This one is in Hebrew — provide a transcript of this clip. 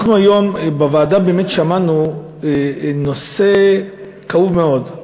היום בוועדה באמת שמענו על נושא כאוב מאוד,